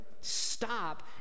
stop